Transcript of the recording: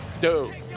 Dude